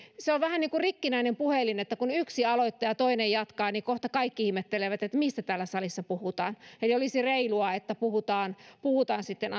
se on vähän niin kuin rikkinäinen puhelin että kun yksi aloittaa ja toinen jatkaa niin kohta kaikki ihmettelevät mistä täällä salissa puhutaan eli olisi reilua että puhutaan puhutaan sitten